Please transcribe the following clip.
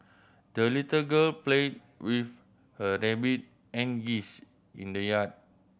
the little girl played with her rabbit and geese in the yard